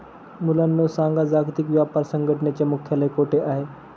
मुलांनो सांगा, जागतिक व्यापार संघटनेचे मुख्यालय कोठे आहे